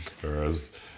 whereas